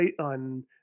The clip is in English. on